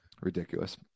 Ridiculous